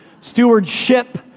Stewardship